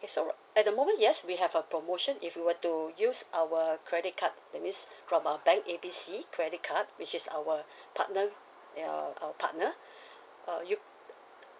K so ri~ at the moment yes we have a promotion if you were to use our credit card that means from our bank A B C credit card which is our partner they are our partner uh you